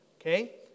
Okay